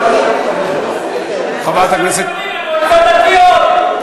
עכשיו מדברים על מועצות דתיות.